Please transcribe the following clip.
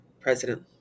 President